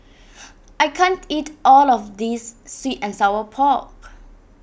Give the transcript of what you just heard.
I can't eat all of this Sweet and Sour Pork